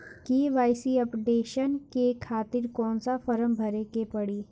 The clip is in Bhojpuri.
के.वाइ.सी अपडेशन के खातिर कौन सा फारम भरे के पड़ी?